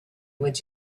would